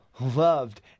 loved